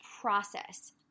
process